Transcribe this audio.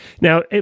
Now